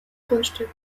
grundstück